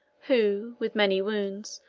who, with many wounds,